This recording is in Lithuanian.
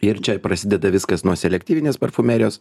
ir čia prasideda viskas nuo selektyvinės parfumerijos